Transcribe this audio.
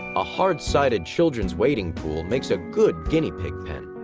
a hard-sided children's wading pool makes a good guinea pig pen.